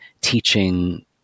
teaching